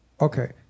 Okay